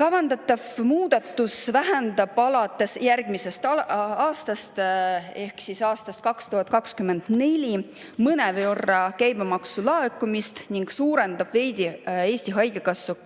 Kavandatav muudatus vähendab alates järgmisest aastast ehk aastast 2024 mõnevõrra käibemaksu laekumist ning suurendab veidi Eesti Haigekassa